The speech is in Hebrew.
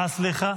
אה, סליחה.